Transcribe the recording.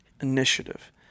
initiative